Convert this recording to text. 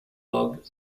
log